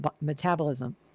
metabolism